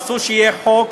ואסור שיהיה חוק,